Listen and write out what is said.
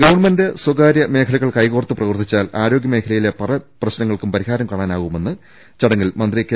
government സ്വകാര്യമേഖലകൾ കൈകോർത്ത് പ്രവർത്തിച്ചാൽ ആരോഗ്യമേഖലയിലെ പല പ്രശ്നങ്ങൾക്കും പരിഹാരം കാണാനാവു മെന്ന് ചടങ്ങിൽ മന്ത്രി കെ